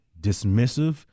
dismissive